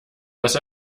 was